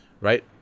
Right